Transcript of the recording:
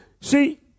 See